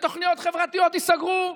ותוכניות חברתיות ייסגרו,